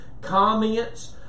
comments